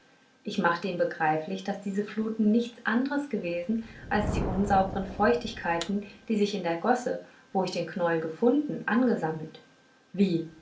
ich machte ihm begreiflich daß diese fluten nichts andres gewesen als die unsaubern feuchtigkeiten die sich in der gosse wo ich den knäuel gefunden angesammelt wie